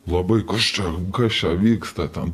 labai kas čia kas čia vyksta tam